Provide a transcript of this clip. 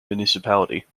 municipality